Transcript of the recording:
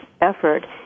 effort